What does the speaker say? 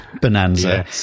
Bonanza